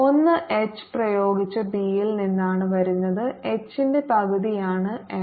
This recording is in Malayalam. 1 എച്ച് പ്രയോഗിച്ച ബിയിൽ നിന്നാണ് വരുന്നത് എച്ചിന്റെ പകുതിയാണ് എം